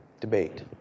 debate